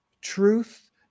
truth